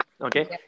okay